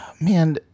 Man